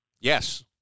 Yes